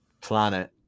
planet